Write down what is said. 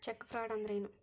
Check fraud ಅಂದ್ರ ಏನು?